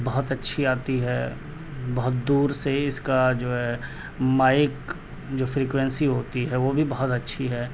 بہت اچھی آتی ہے بہت دور سے اس کا جو ہے مائک جو فریکوینسی ہوتی ہے وہ بھی بہت اچھی ہے